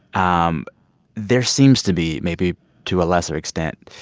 um there seems to be, maybe to a lesser extent,